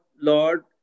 Lord